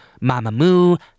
Mamamoo